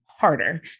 harder